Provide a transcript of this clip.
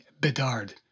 Bedard